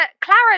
Clara